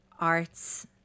arts